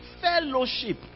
fellowship